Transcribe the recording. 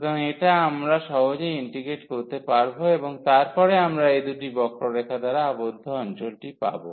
সুতরাং এটা আমরা সহজেই ইন্টিগ্রেট করতে পারব এবং তারপরে আমরা এই দুটি বক্ররেখা দ্বারা আবদ্ধ অঞ্চলটি পাব